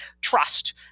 trust